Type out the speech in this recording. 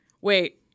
wait